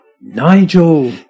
Nigel